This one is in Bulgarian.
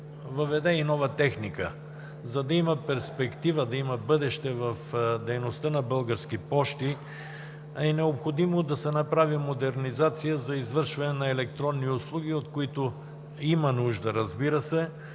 въведе нова техника. За да има перспектива, да има бъдеще в дейността на Български пощи, е необходимо да се направи модернизация за извършване на електронни услуги, от които има нужда, разбира се.